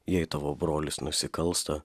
jei tavo brolis nusikalsta